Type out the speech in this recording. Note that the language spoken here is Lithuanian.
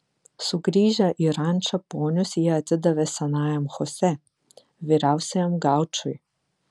sugrįžę į rančą ponius jie atidavė senajam chosė vyriausiajam gaučui